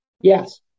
Yes